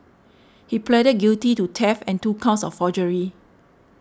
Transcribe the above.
he pleaded guilty to theft and two counts of forgery